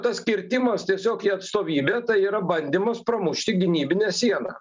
tas kirtimas tiesiog į atstovybę tai yra bandymas pramušti gynybinę sieną